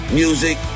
music